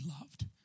loved